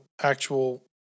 actual